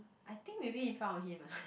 I think maybe in front of him